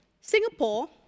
Singapore